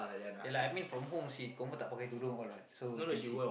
ya lah I mean from home she confirm tak pakai tudung all lah so can see